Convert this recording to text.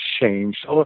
changed